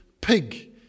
pig